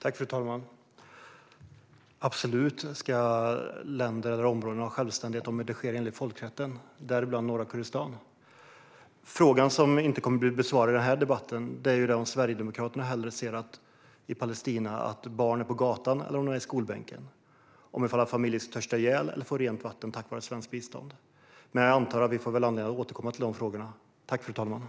Fru talman! Länder eller områden ska absolut ha självständighet om det sker enligt folkrätten, däribland norra Kurdistan. Frågorna som inte kommer att bli besvarade i den här debatten är om Sverigedemokraterna hellre ser att barnen i Palestina finns på gatan än i skolbänken eller att familjer törstar ihjäl i stället för att de får rent vatten tack vare svenskt bistånd. Men jag antar att vi får anledning att återkomma till dessa frågor.